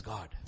God